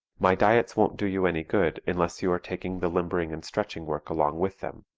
my diets won't do you any good unless you are taking the limbering and stretching work along with them.